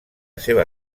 seva